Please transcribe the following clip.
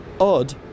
Odd